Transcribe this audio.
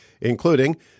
including